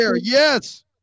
Yes